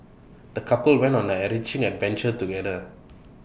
the couple went on an enriching adventure together